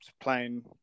playing